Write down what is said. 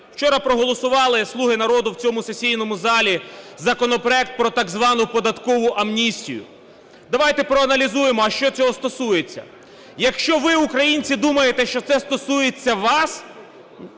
Вчора проголосували "слуги народу" в цьому сесійному залі законопроект про так звану податкову амністію. Давайте проаналізуємо, а чого це стосується. Якщо ви, українці, думаєте, що це стосується вас,